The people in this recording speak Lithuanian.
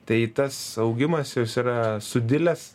tai tas augimas jis yra sudilęs